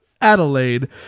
adelaide